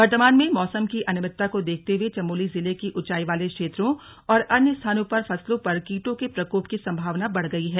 वर्तमान में मौसम की अनियमितता को देखते हुए चमोली जिले के ऊंचाई वाले क्षेत्रों और अन्य स्थानों पर फसलों पर कीटों के प्रकोप की सम्भावना बढ़ गई है